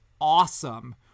awesome